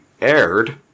aired